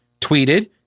tweeted